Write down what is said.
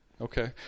Okay